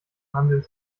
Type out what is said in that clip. handel